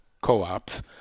co-ops